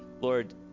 Lord